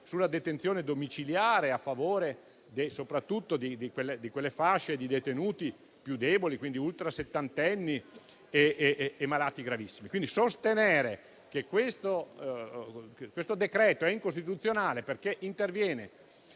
sulla detenzione domiciliare a favore soprattutto delle fasce di detenuti più deboli (ultrasettantenni e malati gravissimi). Colleghi, sostenere che questo decreto-legge è incostituzionale perché interviene